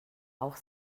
auch